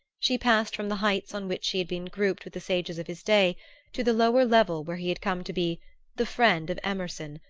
she passed from the heights on which he had been grouped with the sages of his day to the lower level where he had come to be the friend of emerson,